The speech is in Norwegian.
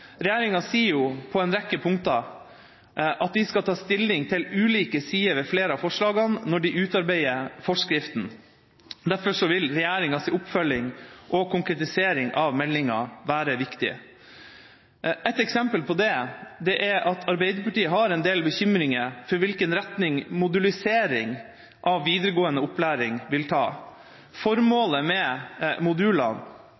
Regjeringa sier jo på en rekke punkter at de skal ta stilling til ulike sider ved flere av forslagene når de utarbeider forskriftene. Derfor vil regjeringas oppfølging og konkretisering av meldinga være viktig. Et eksempel på det er at Arbeiderpartiet har en del bekymringer for hvilken retning modulisering av videregående opplæring vil ta.